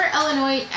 Illinois